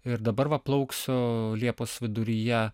ir dabar va plauksiu liepos viduryje